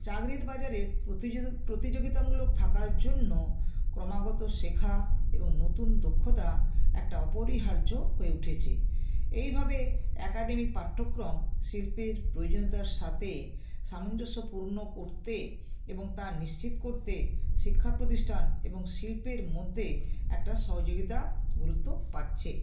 চাকরির বাজারে প্রতিযোগী প্রতিযোগিতামূলক থাকার জন্য ক্রমাগত শেখা এবং নতুন দক্ষতা একটা অপরিহার্য হয়ে উঠেছে এইভাবে অ্যাকাডেমিক পাঠ্যক্রম শিল্পের প্রয়োজনীয়তার সাথে সামঞ্জস্যপূর্ণ করতে এবং তা নিশ্চিত করতে শিক্ষা প্রতিষ্ঠান এবং শিল্পের মধ্যে একটা সহযোগিতা গুরুত্ব পাচ্ছে